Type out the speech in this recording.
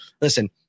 listen